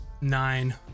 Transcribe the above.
Nine